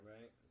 Right